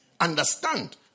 Understand